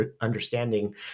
understanding